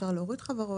אפשר להוריד חברות.